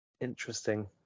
Interesting